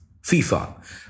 FIFA